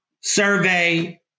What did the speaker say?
survey